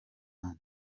abandi